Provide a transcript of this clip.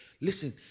Listen